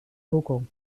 google